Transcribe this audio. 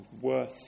Worth